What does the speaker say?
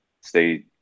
stay